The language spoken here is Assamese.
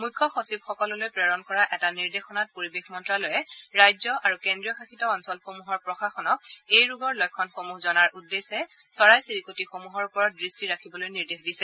মুখ্য সচিবসকললৈ প্ৰেৰণ কৰা নিৰ্দেশনাত পৰিৱেশ মন্ত্যালয়ে ৰাজ্য আৰু কেন্দ্ৰীয় শাসিত অঞ্চলসমূহৰ প্ৰশাসনক এই ৰোগৰ লক্ষণসমূহ জনাৰ উদ্দেশ্যে চৰাই চিৰিকটিসমূহৰ ওপৰত দৃষ্টি ৰাখিবলৈ নিৰ্দেশ দিছে